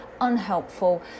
unhelpful